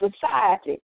society